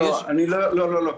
לא,